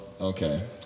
okay